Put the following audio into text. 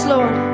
Lord